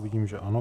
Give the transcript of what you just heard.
Vidím, že ano.